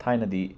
ꯊꯥꯏꯅꯗꯤ